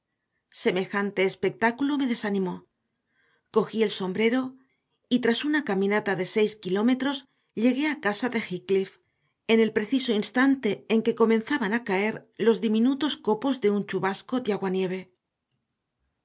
semejante espectáculo me desanimó cogí el sombrero y tras una caminata de seis kilómetros llegué a casa de heathcliff en el preciso instante en que comenzaban a caer los diminutos copos de un chubasco de